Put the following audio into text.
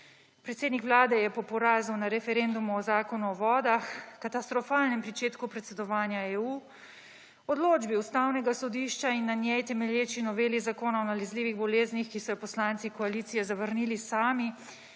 Predsednik vlade je po porazu na referendumu o Zakonu o vodah, katastrofalnemu pričetku predsedovanja EU, odločbi Ustavnega sodišča in na njej temelječi noveli Zakona o nalezljivih boleznih, ki so jo poslanci koalicije zavrnili sami,